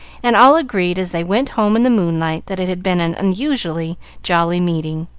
and all agreed as they went home in the moonlight that it had been an unusually jolly meeting.